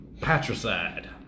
Patricide